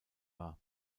war